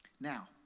Now